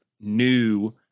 new